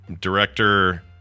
Director